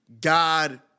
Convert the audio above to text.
God